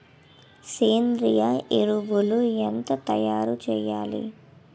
సేంద్రీయ ఎరువులు ఎలా తయారు చేయాలి?